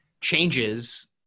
changes